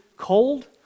cold